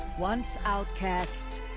once outcast.